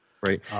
right